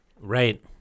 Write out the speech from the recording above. right